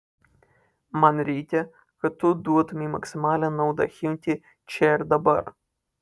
man reikia kad tu duotumei maksimalią naudą chimki čia ir dabar